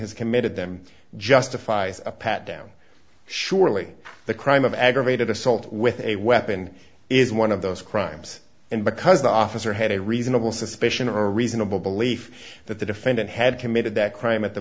has committed them justifies a pat down surely the crime of aggravated assault with a weapon is one of those crimes and because the officer had a reasonable suspicion or a reasonable belief that the defendant had committed that crime at the